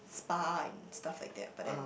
spa and stuff like that but then